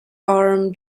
arm